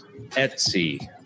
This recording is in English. Etsy